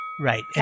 Right